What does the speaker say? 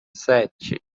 sete